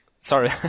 Sorry